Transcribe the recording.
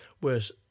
whereas